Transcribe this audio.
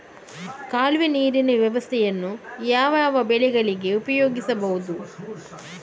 ಕಾಲುವೆ ನೀರಿನ ವ್ಯವಸ್ಥೆಯನ್ನು ಯಾವ್ಯಾವ ಬೆಳೆಗಳಿಗೆ ಉಪಯೋಗಿಸಬಹುದು?